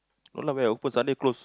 no lah we're open Sunday close